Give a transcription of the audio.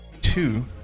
two